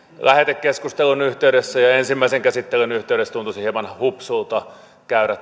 lähetekeskustelun yhteydessä ja ja ensimmäisen käsittelyn yhteydessä tuntuisi hieman hupsulta käydä